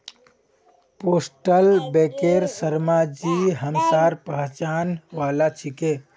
postal बैंकेर शर्माजी हमसार पहचान वाला छिके